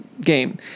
game